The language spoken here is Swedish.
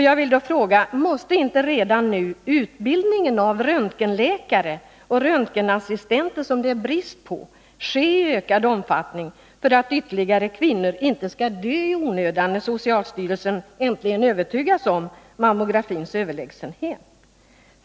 Jag vill då fråga: Måste inte redan nu utbildningen av röntgenläkare och röntgenassistenter, som det är brist på, få ökad omfattning, för att inte ytterligare kvinnor skall dö i onödan innan socialstyrelsen övertygats om mammografins överlägsenhet?